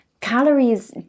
calories